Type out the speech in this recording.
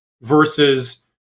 versus